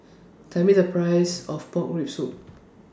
Tell Me The Price of Pork Rib Soup